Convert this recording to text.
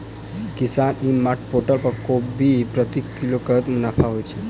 किसान e mart portal पर कोबी प्रति किलो कतै मुनाफा होइ छै?